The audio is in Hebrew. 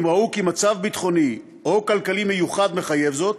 אם ראו כי מצב ביטחוני או כלכלי מחייב זאת,